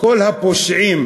כל הפושעים